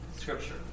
scripture